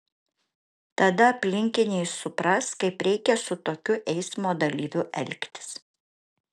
tada aplinkiniai supras kaip reikia su tokiu eismo dalyviu elgtis